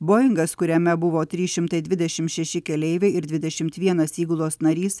boingas kuriame buvo trys šimtai dvidešim šeši keleiviai ir dvidešimt vienas įgulos narys